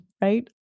right